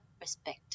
respect